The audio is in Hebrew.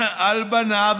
על בניו,